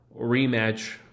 rematch